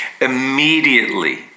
Immediately